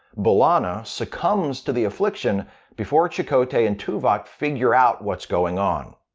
b'elanna succumbs to the affliction before chakotay and tuvok figure out what's going on.